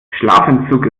schlafentzug